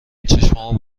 چشامو